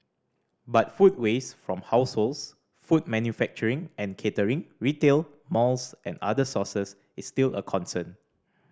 but food waste from households food manufacturing and catering retail malls and other sources is still a concern